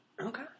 Okay